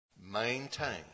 maintain